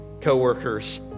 coworkers